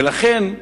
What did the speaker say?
ולכן,